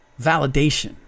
validation